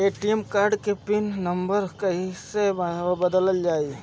ATM card के pin number कईसे बदलल जाई?